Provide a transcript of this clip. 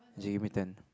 then she give me ten